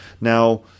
Now